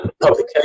Publication